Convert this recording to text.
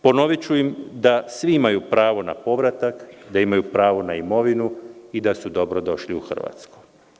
Ponoviću im da svi imaju pravo na povratak, da imaju pravo na imovinu i da su dobrodošli u Hrvatsku.